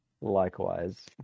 Likewise